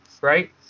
right